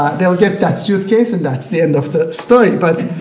they'll get that suitcase and that's the end of the story, but